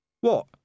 What